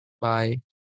Bye